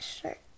shirt